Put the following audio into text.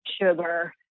sugar